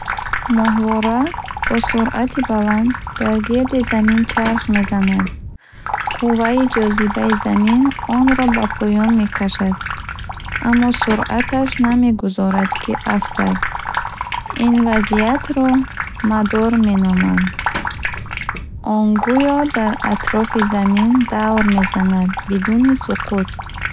Моҳвора бо суръати баланд дар гирди Замин чарх мезанад. Қувваи ҷозибаи Замин онро ба поён мекашад, аммо суръаташ намегузорад, ки афтад. Ин вазъиятро мадор меноманд. Он гӯё дар атрофи Замин давр мезанад, бидуни суқут.